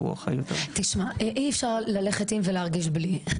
תשמע, אי אפשר ללכת עם ולהרגיש בלי.